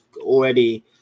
already